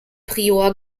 prior